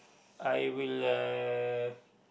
I will uh